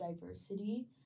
diversity